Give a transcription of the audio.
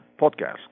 podcast